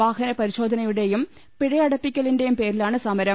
വാഹന പരിശോധനയുടെയും പിഴയടപ്പിക്കലിന്റെയും പേരിലാണ് സമരം